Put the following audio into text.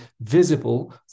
visible